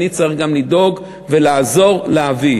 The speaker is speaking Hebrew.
אני צריך גם לדאוג ולעזור להביא.